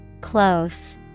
Close